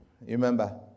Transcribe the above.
Remember